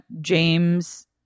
James